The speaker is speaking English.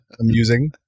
amusing